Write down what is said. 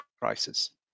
crisis